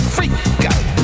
Freakout